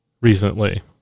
recently